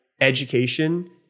education